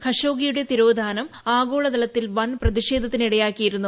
ഖഷോഗിയുടെ തിരോധാനം ആഗോളതലത്തിൽ വൻ പ്രതിഷേധത്തിനിടയാ ക്കിയിരുന്നു